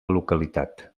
localitat